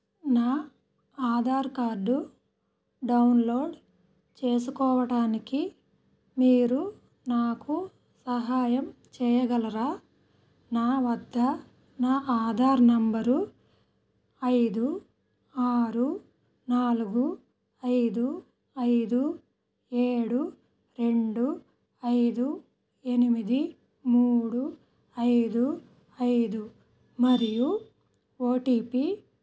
నా Aadhaar card download చేసుకోవటానికి మీరు నాకు సహాయం చేయగలరా నా వద్ద నా ఆధార్ నెంబరు ఐదు ఆరు నాలుగు ఐదు ఐదు ఏడు రెండు ఐదు ఎనిమిది మూడు ఐదు ఐదు మరియు ఓ టీ పీ